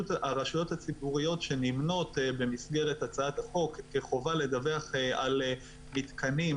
הרשויות הציבוריות שנמנות במסגרת הצעת החוק כחובה לדווח על מיתקנים